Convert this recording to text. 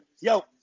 Yo